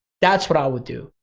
that's what i would do.